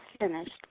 finished